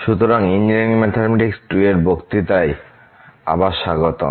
সুতরাং engineering mathematics 2 এর বক্তৃতায় আবার স্বাগতম